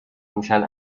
میشن